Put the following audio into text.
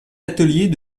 ateliers